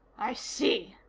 i see,